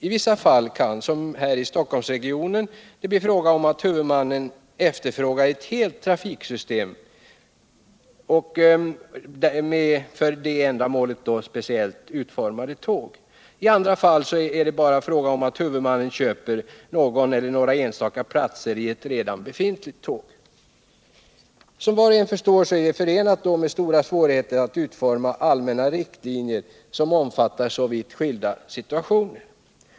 I vissa fall kan, som i Stockholmsregionen, det bli fråga om att huvudmannen efterfrågar ett helt trafiksystem med hela och för ändamålet speciellt utformade tåg. I andra fall kan det bli fråga om att huvudmannen önskar köpa vissa platser i ett redan befintligt tåg. Som var och en förstår är det förenat med stora svårigheter att utforma allmänna riktlinjer som omfattar så vitt skilda situationer.